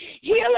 Heal